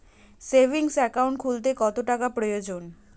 Savings account খুলতে কত টাকার প্রয়োজন?